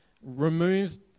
removes